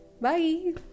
Bye